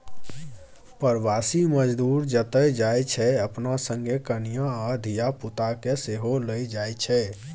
प्रबासी मजदूर जतय जाइ छै अपना संगे कनियाँ आ धिया पुता केँ सेहो लए जाइ छै